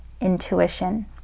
Intuition